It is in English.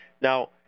Now